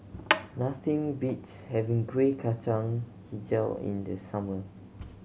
nothing beats having Kuih Kacang Hijau in the summer